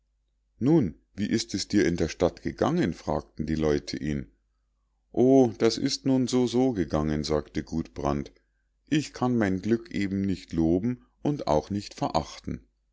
nun wie ist es dir in der stadt gegangen fragten die leute ihn o das ist nun so so gegangen sagte gudbrand ich kann mein glück eben nicht loben und auch nicht verachten